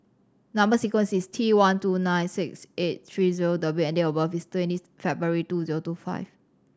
number sequence is T one two nine six eight three zero W and date of birth is twenty February two zero two five